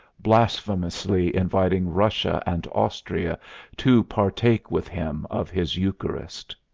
blasphemously inviting russia and austria to partake with him of his eucharist.